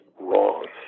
wrong